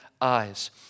eyes